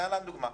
לדוגמה,